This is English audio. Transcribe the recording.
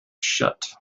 shut